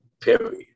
period